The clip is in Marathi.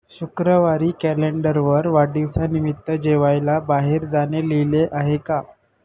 शुक्रवारी कॅलेंडरवर वाढदिवसानिमित्त जेवायला बाहेर जाणे लिहिले आहे का